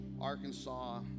Arkansas